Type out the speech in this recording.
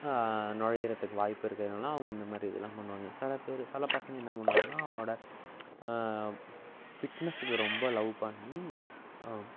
நுழையிறதுக்கு வாய்ப்பு இருக்கிறதுனால அவங்க இந்த மாதிரி இதெலாம் பண்ணுவாங்க சில பேர் சில பசங்கள் என்ன பண்ணுவாங்கன்னால் அவங்களோட ஃபிட்னஸுக்கு ரொம்ப லவ் பண்ணி